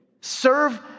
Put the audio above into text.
Serve